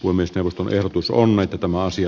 voimistelusta verotus on että tämä asia